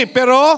Pero